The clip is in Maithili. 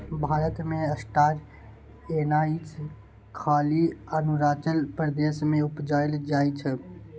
भारत मे स्टार एनाइस खाली अरुणाचल प्रदेश मे उपजाएल जाइ छै